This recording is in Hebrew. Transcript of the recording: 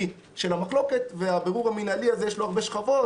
של המחלוקת ולבירור המנהלי הזה יש הרבה שכבות,